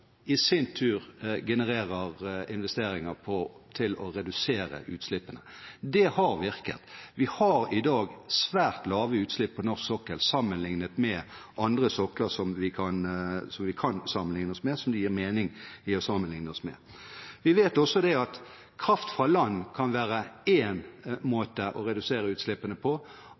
i sin tur generer investeringer for å redusere utslippene. Det har virket. Vi har i dag svært lave utslipp på norsk sokkel sammenlignet med andre sokler vi kan sammenligne oss med, og som det gir mening å sammenligne seg med. Vi vet også at kraft fra land kan være én måte å redusere utslippene på.